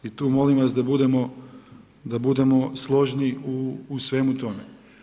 I molim vas da budemo složni u svemu tome.